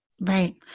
Right